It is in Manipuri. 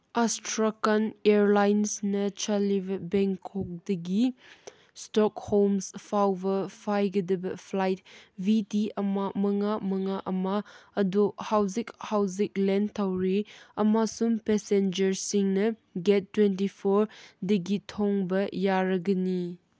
ꯑꯁꯇ꯭ꯔꯀꯟ ꯏꯌꯔꯂꯥꯏꯟꯁꯅ ꯆꯜꯂꯥꯏꯕ ꯕꯦꯡꯀꯣꯛꯗꯒꯤ ꯏꯁꯇꯣꯛꯍꯣꯝꯁ ꯐꯥꯎꯕ ꯐꯥꯏꯒꯗꯕ ꯐ꯭ꯂꯥꯏꯠ ꯚꯤ ꯇꯤ ꯑꯃ ꯃꯉꯥ ꯃꯉꯥ ꯑꯃ ꯑꯗꯨ ꯍꯧꯖꯤꯛ ꯍꯧꯖꯤꯛ ꯂꯦꯟ ꯇꯧꯔꯤ ꯑꯃꯁꯨꯡ ꯄꯦꯁꯦꯟꯖꯔꯁꯤꯡꯅ ꯒꯦꯠ ꯇ꯭ꯋꯦꯟꯇꯤ ꯐꯣꯔꯗꯒꯤ ꯇꯣꯡꯕ ꯌꯥꯔꯒꯅꯤ